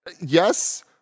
yes